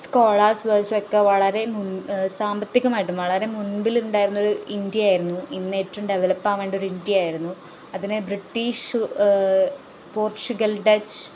scholars വൈസ്സൊക്കെ വളരെ മുൻ സാമ്പത്തികമായിട്ടും വളരെ മുമ്പിലുണ്ടായിരുന്നൊരു ഇന്ത്യയായിരുന്നു ഇന്നെറ്റവും ഡെവലപ്പാവണ്ടൊരിന്ത്യയായിരുന്നു അതിനെ ബ്രിട്ടീഷ് പോർച്ചുഗൽ ഡച്ച്